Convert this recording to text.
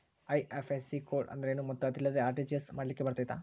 IFSC code ಅಂದ್ರೇನು ಮತ್ತು ಅದಿಲ್ಲದೆ ಆರ್.ಟಿ.ಜಿ.ಎಸ್ ಮಾಡ್ಲಿಕ್ಕೆ ಬರ್ತೈತಾ?